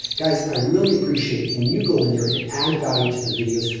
guys, i really appreciate when you go in there and add value to the videos.